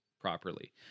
properly